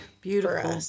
beautiful